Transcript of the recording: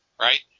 right